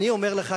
אני אומר לך,